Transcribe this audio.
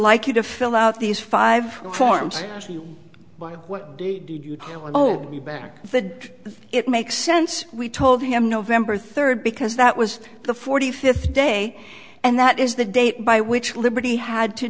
like you to fill out these five forms why what did you hold me back the did it make sense we told him november third because that was the forty fifth day and that is the date by which liberty had to